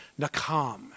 Nakam